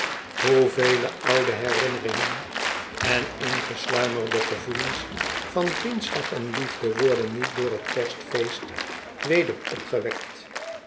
hoevele oude herinneringen en ingesluimerde gevoelens van vriendschap en liefde worden niet door het kerstfeest weder opgewekt